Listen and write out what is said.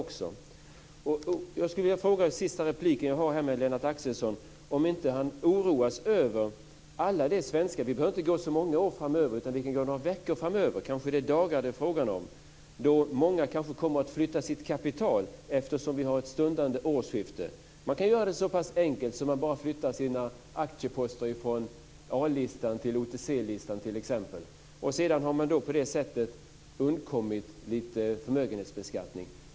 I min sista replik till Lennart Axelsson skulle jag vilja fråga om han inte oroas över svenskarna. Vi behöver inte gå så många år framöver utan det räcker med några veckor eller kanske dagar framöver då många kanske flyttar sitt kapital inför det stundande årsskiftet. Det kan ju göras så enkelt att man bara flyttar sina aktieposter från A-listan till OTC-listan t.ex. På det sättet undkommer man lite förmögenhetsbeskattning.